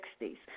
1960s